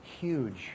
huge